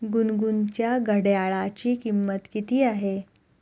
गुनगुनच्या घड्याळाची किंमत किती आहे?